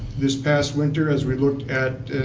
this past winter, as we looked at,